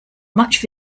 much